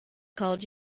called